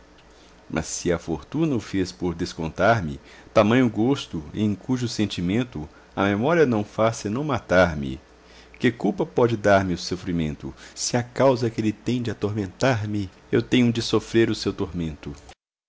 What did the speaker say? se a fortuna o fez por descontar me tamanho gosto em cujo sentimento a memória não faz senão matar-me que culpa pode dar-me o sofrimento se a causa que ele tem de atormentar me eu tenho de sofrer o seu tormento